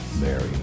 Mary